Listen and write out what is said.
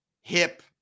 hip